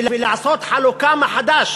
ולעשות חלוקה מחדש